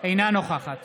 אינה נוכחת